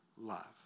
love